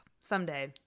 someday